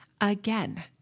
Again